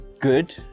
good